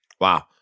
Wow